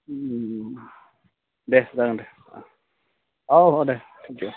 दे जागोन दे औ दे दे